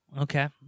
Okay